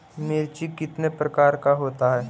मिर्ची कितने प्रकार का होता है?